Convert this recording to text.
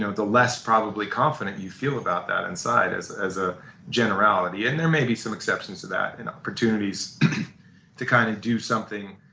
ah the less probably confident you feel about that inside as as a generality and there may be some exceptions to that and opportunities to kind of do something,